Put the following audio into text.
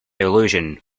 illusion